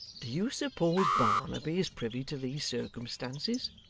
do you suppose barnaby is privy to these circumstances